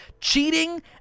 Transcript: Cheating